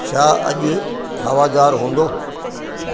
छा अॼु हवादारु हूंदो